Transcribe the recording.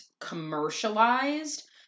commercialized